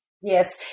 Yes